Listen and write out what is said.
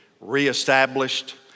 re-established